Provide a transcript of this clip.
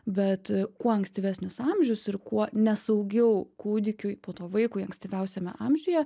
bet kuo ankstyvesnis amžius ir kuo nesaugiau kūdikiui po to vaikui ankstyviausiame amžiuje